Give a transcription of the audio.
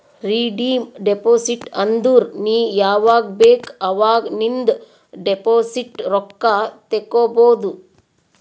redeem deposit ಅಂದುರ್ ನೀ ಯಾವಾಗ್ ಬೇಕ್ ಅವಾಗ್ ನಿಂದ್ ಡೆಪೋಸಿಟ್ ರೊಕ್ಕಾ ತೇಕೊಬೋದು